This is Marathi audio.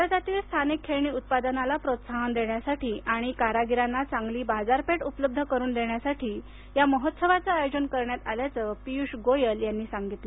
भारतातील स्थानिक खेळणी उत्पादनाला प्रोत्साहन देण्यासाठी आणि कारागिरांना चांगली बाजारपेठ उपलब्ध करून देण्यासाठी या महोत्सवाचं आयोजन करण्यात आल्याचं पियुष गोयल यांनी सांगितलं